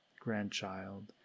grandchild